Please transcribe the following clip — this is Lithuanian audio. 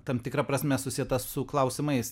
tam tikra prasme susieta su klausimais